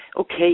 okay